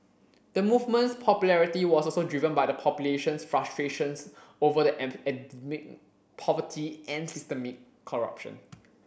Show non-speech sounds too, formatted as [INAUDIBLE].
the movement's popularity was also driven by the population's frustrations over the [UNINTELLIGIBLE] endemic poverty and systemic corruption